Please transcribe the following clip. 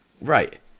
Right